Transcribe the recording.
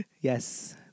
Yes